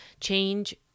Change